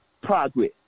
progress